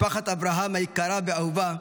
משפחת אברהם היקרה והאהובה,